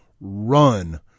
Run